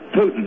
Putin